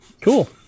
Cool